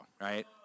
right